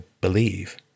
believe